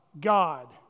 God